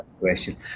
question